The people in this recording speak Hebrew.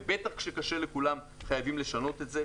ובטח כשקשה לכולם חייבים לשנות את זה.